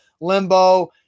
limbo